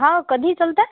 हां कधी चलताय